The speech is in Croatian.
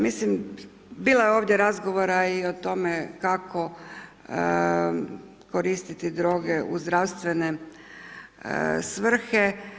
Mislim, bilo je ovdje razgovora i o tome kako koristiti droge u zdravstvene svrhe.